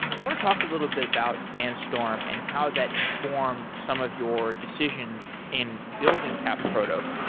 i want to talk a little bit about sandstorm and how that informed some of your decisions in building cap'n proto